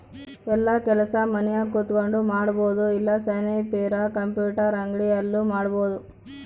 ಯೆಲ್ಲ ಕೆಲಸ ಮನ್ಯಾಗ ಕುಂತಕೊಂಡ್ ಮಾಡಬೊದು ಇಲ್ಲ ಸನಿಪ್ ಇರ ಕಂಪ್ಯೂಟರ್ ಅಂಗಡಿ ಅಲ್ಲು ಮಾಡ್ಬೋದು